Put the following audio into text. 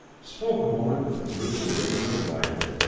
spoke a moment with the group awaiting their arrival,